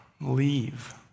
leave